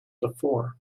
before